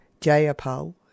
Jayapal